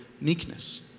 meekness